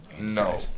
no